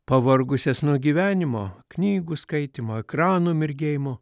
pavargusias nuo gyvenimo knygų skaitymo ekrano mirgėjimo